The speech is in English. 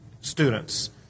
students